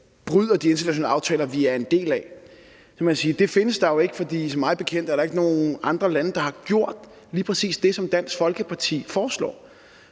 bryder de internationale aftaler, vi er en del af, vil jeg sige, at det findes der jo ikke, for mig bekendt er der ikke nogen andre lande, der har gjort lige præcis det, som Dansk Folkeparti foreslår;